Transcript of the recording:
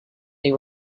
they